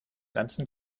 ganzen